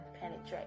penetrate